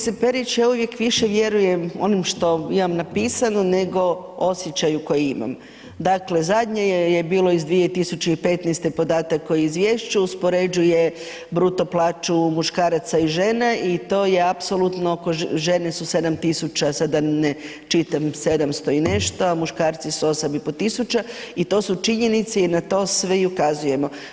Kolegice Perić, ja uvijek više vjerujem onim što imam napisano nego osjećaju koji imam, dakle zadnje je bilo iz 2015. podatak o izvješću, uspoređuje bruto plaću muškaraca i žene i to je apsolutno, žene su 7000 sad da ne čitam 700 i nešto a muškarci su 8500 i to su činjenice i na to svi ukazujemo.